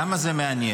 למה זה מעניין?